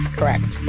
Correct